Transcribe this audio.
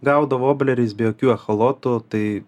gaudo vobleriais be jokių echolotų tai